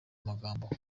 magambo